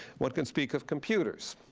one can speak of computers.